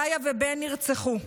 גאיה ובן נרצחו.